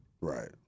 Right